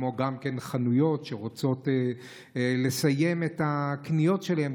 כמו גם חנויות שרוצות לסיים את הקניות שלהן,